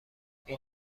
این